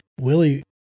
Willie